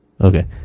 okay